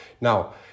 Now